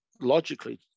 logically